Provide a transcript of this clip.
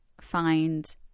find